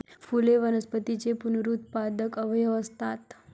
फुले वनस्पतींचे पुनरुत्पादक अवयव असतात